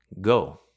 Go